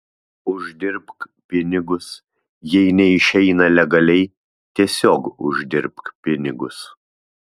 uždirbk pinigus jei neišeina legaliai tiesiog uždirbk pinigus